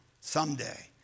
someday